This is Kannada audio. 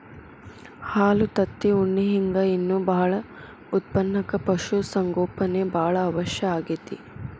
ಹಾಲು ತತ್ತಿ ಉಣ್ಣಿ ಹಿಂಗ್ ಇನ್ನೂ ಬಾಳ ಉತ್ಪನಕ್ಕ ಪಶು ಸಂಗೋಪನೆ ಬಾಳ ಅವಶ್ಯ ಆಗೇತಿ